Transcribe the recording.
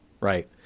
right